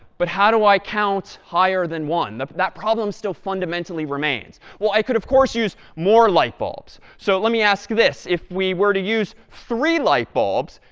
but how do i count higher than one? that problem still fundamentally remains. well, i could, of course, use more light bulbs. so let me ask this. if we were to use three light bulbs,